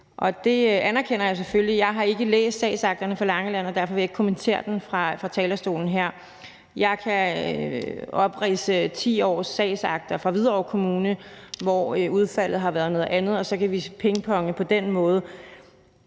det anerkender jeg selvfølgelig. Jeg har ikke læst sagsakterne fra Langeland, og derfor vil jeg ikke kommentere dem fra talerstolen her. Jeg kan opridse 10 års sagsakter fra Hvidovre Kommune, hvor udfaldet har været noget andet, og så kan vi på den måde